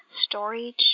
storage